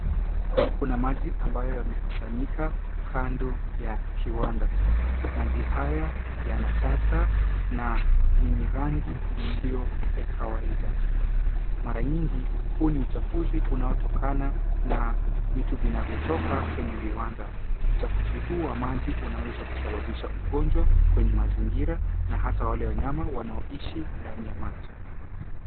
Kuna maji ambayo yamekusanyika kando ya kiwanda. Maji haya yana taka na yenye rangi isiyo ya kawaida. Mara nyingi, huu ni uchafuzi unaotokana na vitu vinayotoka kwenye viwanda. Uchafuzi huu wa maji unaweza kusababisha ugonjwa kwenye mazingira na hata wale wanyama wanaoishi ndani ya maji.